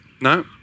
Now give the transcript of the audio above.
No